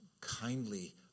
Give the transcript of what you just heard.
kindly